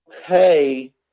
okay